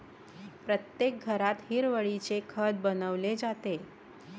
प्रत्येक घरात हिरवळीचे खत बनवले जाते